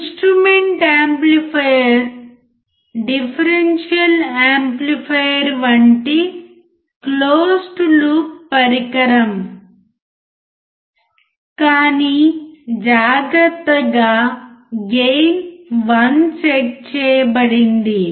instrument amplifier differential amplifier వంటి closed loop పరికరం కానీ జాగ్రత్తగా గెయిన్ 1 సెట్ చేయబడింది